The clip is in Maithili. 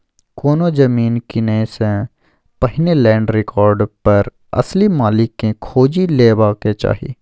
कोनो जमीन कीनय सँ पहिने लैंड रिकार्ड पर असली मालिक केँ खोजि लेबाक चाही